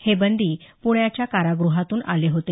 हे बंदी पुण्याच्या काराग्रहातून आले होते